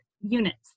units